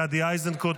גדי איזנקוט,